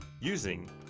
using